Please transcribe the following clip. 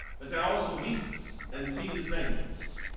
but there are also risks and serious dangers.